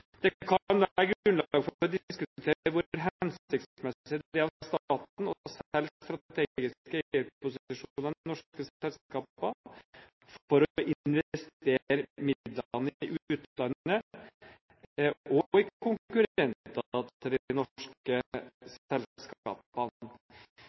Det kan være grunnlag for å diskutere hvor hensiktsmessig det er av staten å selge strategiske eierposisjoner i norske selskaper for å investere midlene i utlandet og hos konkurrenter til de norske